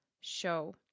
show